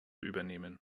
übernehmen